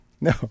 No